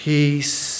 Peace